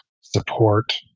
support